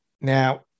Now